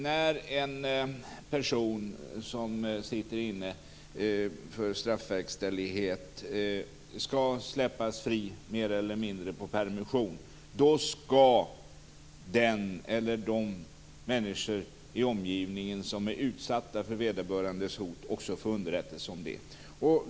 När en person som sitter inne för straffverkställighet skall släppas fri, mer eller mindre på permission, skall de människor i omgivningen som är utsatta för vederbörandes hot också få underrättelse om det.